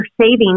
savings